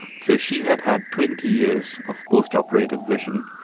so she had had twenty years of post-operative vision.